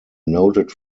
noted